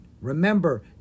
Remember